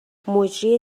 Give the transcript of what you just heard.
مجری